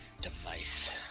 device